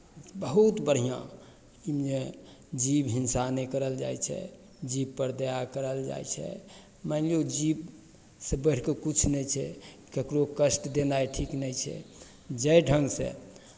बहुत बढ़िआँमे जीव हिंसा नहि करल जाइ छै जीवपर दया करल जाइ छै मानि लिअ जीवसँ बढ़ि कऽ किछु नहि छै ककरो कष्ट देनाइ ठीक नहि छै जाहि ढङ्गसँ